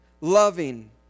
loving